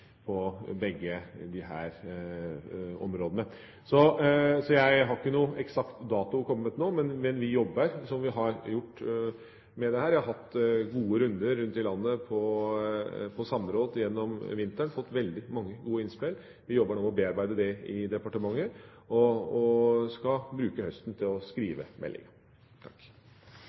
på begge disse områdene. Jeg har ikke noen eksakt dato å komme med nå, men vi jobber med dette. Jeg har gjennom vinteren hatt gode runder med samråd rundt i landet og har fått veldig mange gode innspill. Vi jobber nå med å bearbeide dem i departementet, og skal bruke høsten til å skrive